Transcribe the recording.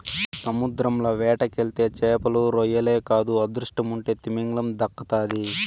సముద్రంల వేటకెళ్తే చేపలు, రొయ్యలే కాదు అదృష్టముంటే తిమింగలం దక్కతాది